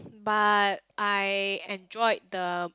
but I enjoyed the